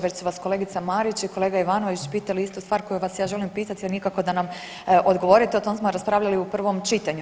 Već su vas kolegica Marić i kolega Ivanović pitali istu stvar koju vas ja želim pitati, jer nikako da nam odgovorite, o tom smo raspravljali u prvom čitanju.